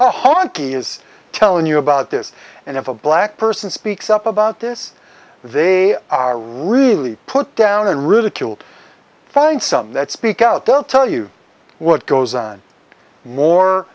he is telling you about this and if a black person speaks up about this they are really put down and ridiculed find some that speak out they'll tell you what goes on more